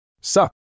Suck